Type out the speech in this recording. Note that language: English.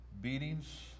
beatings